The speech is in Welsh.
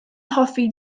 hoffi